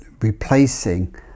replacing